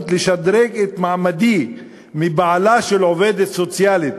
לשדרג את מעמדי מבעלה של עובדת סוציאלית